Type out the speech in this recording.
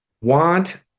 want